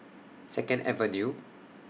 Second Avenue